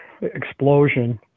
explosion